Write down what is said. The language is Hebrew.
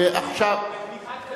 אבל מאז הוא נכשל.